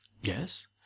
Yes